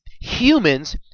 humans